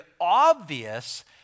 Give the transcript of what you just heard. obvious